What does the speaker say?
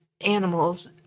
animals